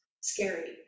scary